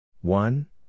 One